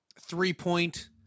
three-point